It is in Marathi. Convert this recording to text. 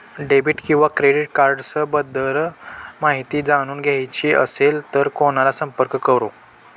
डेबिट किंवा क्रेडिट कार्ड्स बद्दल माहिती जाणून घ्यायची असेल तर कोणाला संपर्क करु?